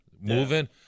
moving